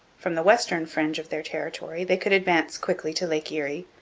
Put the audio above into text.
from the western fringe of their territory they could advance quickly to lake erie,